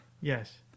Yes